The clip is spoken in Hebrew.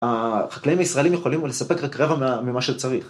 החקלאים הישראלים יכולים לספק רק רבע ממה שצריך.